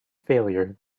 failure